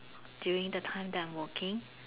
during the time that I'm working